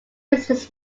business